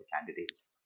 candidates